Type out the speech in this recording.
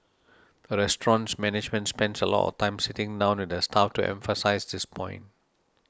the restaurant's management spends a lot of time sitting down with the staff to emphasise this point